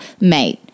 mate